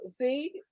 See